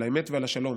על האמת ועל השלום.